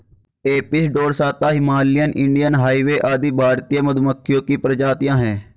Apis dorsata, Himalayan, Indian hive आदि भारतीय मधुमक्खियों की प्रजातियां है